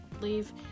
leave